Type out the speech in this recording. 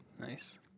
Nice